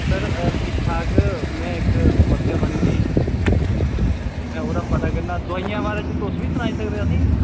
sir ठीक ठीक में इक समस्या बनी दी में ओह्दा पता करनां हा दोआइयें दे बारे च तुस बी सनाई सकनें असेंगी